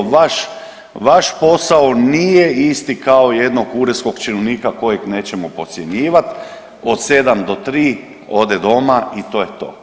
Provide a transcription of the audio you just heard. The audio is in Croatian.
Vaš posao nije isti kao jednog uredskog činovnika kojeg nećemo podcjenjivati od 7 do 3 ode doma i to je to.